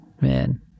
Man